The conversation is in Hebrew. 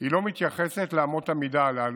לא מתייחסת לאמות המידה הללו,